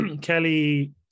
Kelly